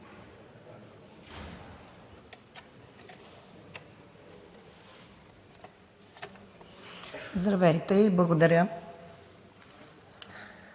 Здравейте и благодаря.